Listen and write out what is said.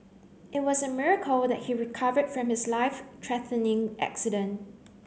it was a miracle that he recovered from his life threatening accident